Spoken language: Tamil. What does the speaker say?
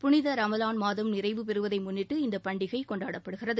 புனித ரமலான் மாதம் நிறைவு பெறுவதை முன்னிட்டு இந்தப் பண்டிகை கொண்டாடப்படுகிறது